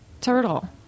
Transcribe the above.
turtle